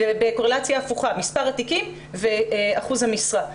ובקורלציה הפוכה מספר התיקים ואחוז המשרה.